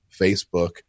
Facebook